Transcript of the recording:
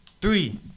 Three